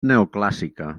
neoclàssica